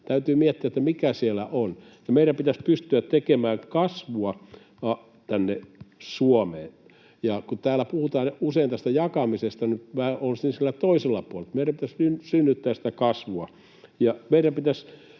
Täytyy miettiä, mikä siellä on. Meidän pitäisi pystyä tekemään kasvua tänne Suomeen. Kun täällä puhutaan usein jakamisesta, niin minä ottaisin sen toisen puolen: meidän pitäisi synnyttää sitä kasvua. Ja meidän pitäisi